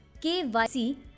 KYC